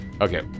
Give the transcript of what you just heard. Okay